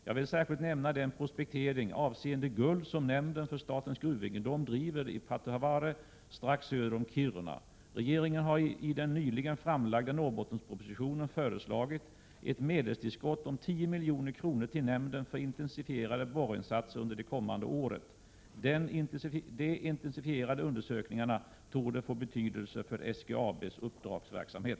Jag vill särskilt nämna den prospektering avseende guld som nämnden för statens gruvegendom driver i Pahtohavare, strax söder om Kiruna. Regeringen har i den nyligen framlagda Norrbottenspropositionen föreslagit ett medelstillskott om 10 milj.kr. till nämnden för intensifierade borrinsatser under det kommande året. De intensifierade undersökningarna torde få betydelse för SGAB:s uppdragsverksamhet.